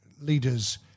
leaders